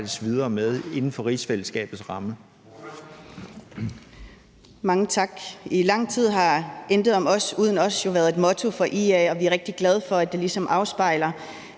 nu skal arbejdes videre med inden for rigsfællesskabets ramme?